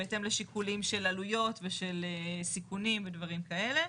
בהתאם לשיקולים של עלויות ושל סיכונים ודברים כאלה.